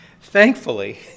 Thankfully